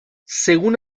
según